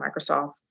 Microsoft